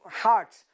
hearts